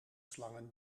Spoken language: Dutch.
slangen